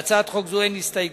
להצעת חוק זו אין הסתייגויות,